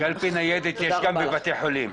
קלפי ניידת יש גם בבתי חולים.